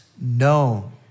known